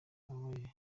abaye